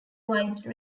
wide